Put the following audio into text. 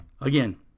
again